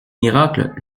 miracles